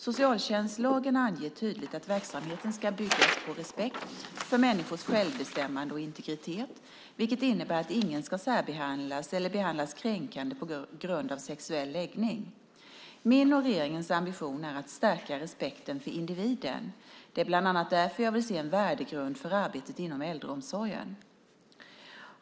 Socialtjänstlagen anger tydligt att verksamheten ska bygga på respekt för människors självbestämmande och integritet, vilket innebär att ingen ska särbehandlas eller behandlas kränkande på grund av sexuell läggning. Min och regeringens ambition är att stärka respekten för individen. Det är bland annat därför jag vill se en värdegrund för arbetet inom äldreomsorgen.